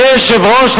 אדוני היושב-ראש,